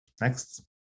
Next